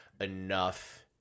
enough